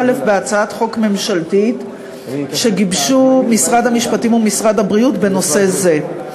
בהצעת חוק ממשלתית שגיבשו משרד המשפטים ומשרד הבריאות בנושא זה.